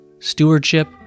stewardship